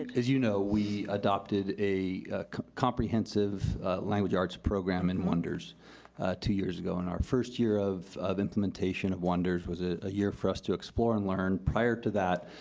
as you know, we adopted a comprehensive language arts program in wonders two years ago. and our first year of of implementation at wonders was a ah year for us to explore and learn. prior to that,